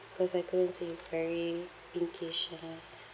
cause I couldn't see it's very pinkish you know